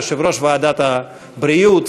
יושב-ראש ועדת הבריאות,